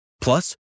Plus